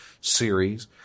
series